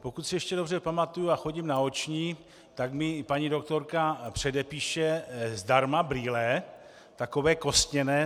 Pokud si ještě dobře pamatuji, a chodím na oční, tak mi paní doktorka předepíše zdarma brýle, takové kostěné.